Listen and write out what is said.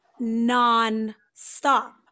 nonstop